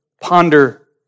ponder